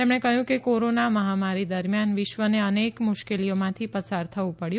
તેમણે કહ્યું કે કોરોના મહામારી દરમિયાન વિશ્વને અનેક મુશ્કેલીઓમાંથી પસાર થવું પડ્યું